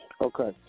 Okay